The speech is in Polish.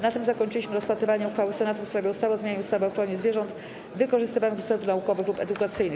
Na tym zakończyliśmy rozpatrywanie uchwały Senatu w sprawie ustawy o zmianie ustawy o ochronie zwierząt wykorzystywanych do celów naukowych lub edukacyjnych.